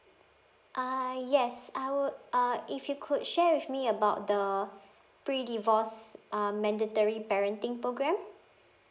uh yes I would uh if you could share with me about the pre divorce um mandatory parenting program